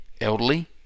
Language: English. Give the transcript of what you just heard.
elderly